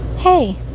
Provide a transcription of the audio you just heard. Hey